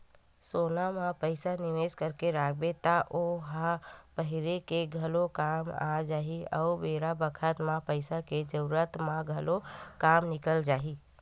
सोना म पइसा निवेस करके राखबे त ओ ह पहिरे के घलो काम आ जाही अउ बेरा बखत म पइसा के जरूरत म घलो काम निकल जाही